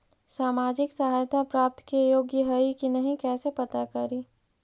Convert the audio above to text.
सामाजिक सहायता प्राप्त के योग्य हई कि नहीं कैसे पता करी?